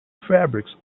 fabrics